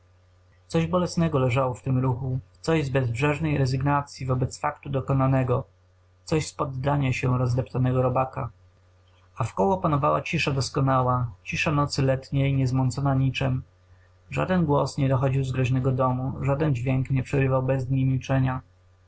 coś bolesnego leżało w tym ruchu coś z bezbrzeżnej rezygnacyi wobec faktu dokonanego coś z poddania się rozdeptanego robaka a wkoło panowała cisza doskonała cisza nocy letniej niezmącona niczem żaden głos nie dochodził z groźnego domu żaden dźwięk nie przerywał bezdni milczenia